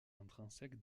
intrinsèque